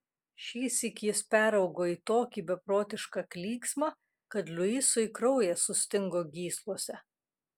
šįsyk jis peraugo į tokį beprotišką klyksmą kad luisui kraujas sustingo gyslose